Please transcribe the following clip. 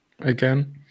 again